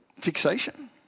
fixation